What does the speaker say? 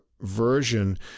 version